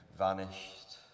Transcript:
vanished